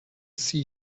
see